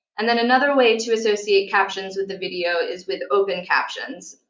and then another way to associate captions with the video is with open captions.